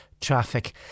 traffic